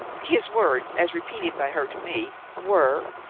his words, as repeated by her to me, were,